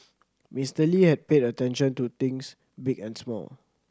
Mister Lee had paid attention to things big and small